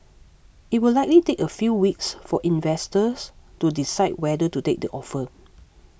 it will likely take a few weeks for investors to decide whether to take the offer